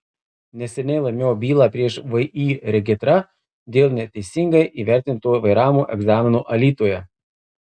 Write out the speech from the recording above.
neseniai laimėjau bylą prieš vį regitra dėl neteisingai įvertinto vairavimo egzamino alytuje